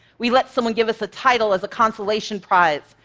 we let someone give us a title as a consolation prize,